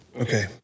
Okay